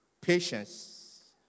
patience